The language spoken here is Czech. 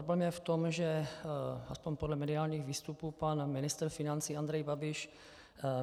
Ale problém je v tom, že aspoň podle mediálních výstupů pan ministr financí Andrej Babiš